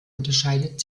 unterscheidet